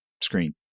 Screen